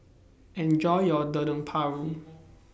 Enjoy your Dendeng Paru